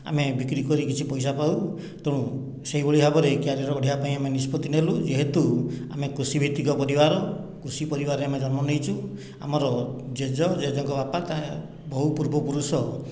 ଆମେ ବିକ୍ରି କରି କିଛି ପଇସା ପାଉ ତେଣୁ ସେହିଭଳି ଭାବରେ କ୍ୟାରିଅର୍ ଗଢ଼ିବା ପାଇଁ ଆମେ ନିଷ୍ପତି ନେଲୁ ଯେହେତୁ ଆମେ କୃଷିଭିତ୍ତିକ ପରିବାର କୃଷି ପରିବାରରେ ଆମେ ଜନ୍ମ ନେଇଛୁ ଆମର ଜେଜ ଜେଜେଙ୍କ ବାପା ବହୁ ପୂର୍ବ ପୁରୁଷ